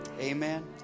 Amen